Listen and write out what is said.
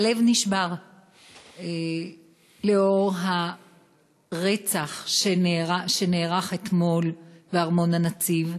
הלב נשבר לנוכח הרצח שהיה אתמול בארמון-הנציב,